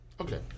Okay